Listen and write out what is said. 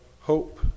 hope